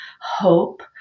hope